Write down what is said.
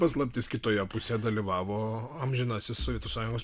paslaptis kitoje pusėje dalyvavo amžinasis sovietų sąjungos